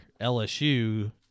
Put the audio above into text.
LSU